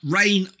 rain